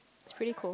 it's pretty cool